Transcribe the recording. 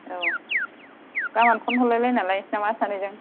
औ गामोन फन हरलाय लायनानै लायनोसै नामा सानैजों